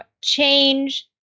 change